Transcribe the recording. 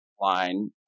line